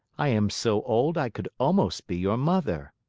i am so old, i could almost be your mother!